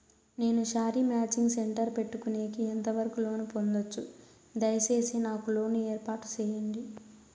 నేను sari matching centre పెట్టుకునేకి ఎంత వరకు లోను పొందొచ్చు? దయసేసి నాకు లోను ఏర్పాటు సేయండి?